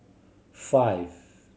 five